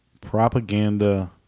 propaganda